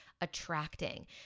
attracting